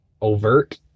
overt